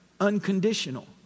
unconditional